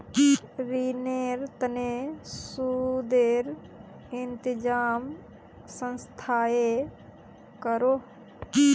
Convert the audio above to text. रिनेर तने सुदेर इंतज़ाम संस्थाए करोह